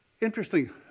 Interesting